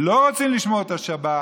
לא רוצים לשמור את השבת